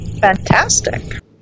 Fantastic